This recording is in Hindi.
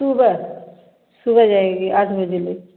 सुबह सुबह जाएँगी आठ बजे लेकर